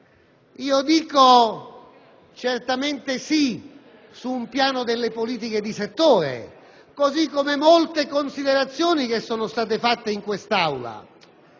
io dico certamente di sì sul piano delle politiche di settore, così come molte considerazioni che sono state fatte in quest'Aula